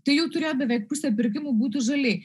tai jau turėjo beveik pusė pirkimų būtų žali